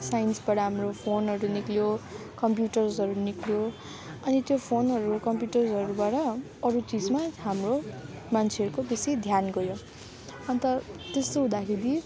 साइन्सबाट हाम्रो फोनहरू निक्लियो कम्प्युटर्सहरू निक्लियो अनि त्यो कम्प्युटर्सहरूबाट अरू चिजमा हाम्रो मान्छेहरूको बेसी ध्यान गयो अन्त त्यस्तो हुँदाखेरि